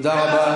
תודה רבה.